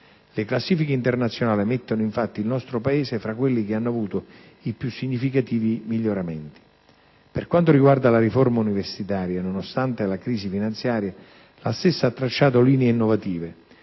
Le classifiche internazionali mettono infatti il nostro Paese tra quelli che hanno avuto i più significativi miglioramenti. Per quanto riguarda la riforma universitaria, nonostante la crisi finanziaria, la stessa ha tracciato linee innovative,